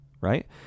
right